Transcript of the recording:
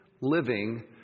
living